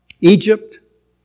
Egypt